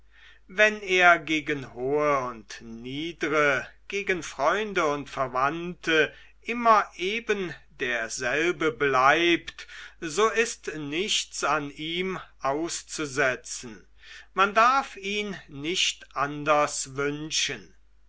wenn er gegen hohe und niedre gegen freunde und verwandte immer ebenderselbe bleibt so ist nichts an ihm auszusetzen man darf ihn nicht anders wünschen